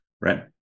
right